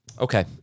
Okay